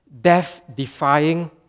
death-defying